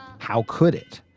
how could it?